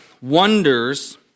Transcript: wonders